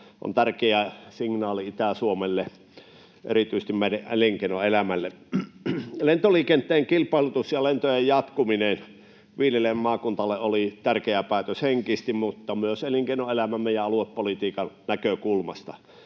ovat tärkeä signaali Itä-Suomelle, erityisesti meidän elinkeinoelämällemme. Lentoliikenteen kilpailutus ja lentojen jatkuminen viidelle maakunnalle oli tärkeä päätös henkisesti mutta myös elinkeinoelämämme ja aluepolitiikan näkökulmasta.